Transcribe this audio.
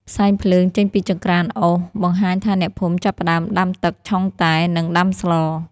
ផ្សែងភ្លើងចេញពីចង្ក្រានអុស បង្ហាញថាអ្នកភូមិចាប់ផ្តើមដាំទឹកឆុងតែ និងដាំស្ល។